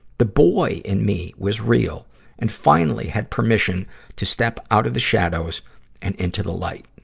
the boy in me was real and finally had permission to step out of the shadows and into the light.